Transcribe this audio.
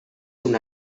una